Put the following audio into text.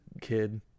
kid